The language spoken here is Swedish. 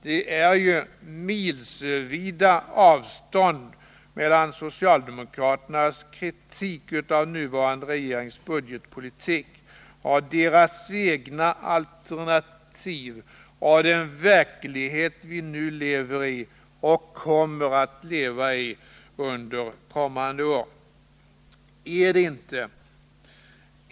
Det är ju milsvida avstånd mellan socialdemokraternas kritik av den nuvarande regeringens budgetpolitik och deras egna alternativ och den verklighet vi lever i och kommer att leva i under kommande år.